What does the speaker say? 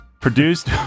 produced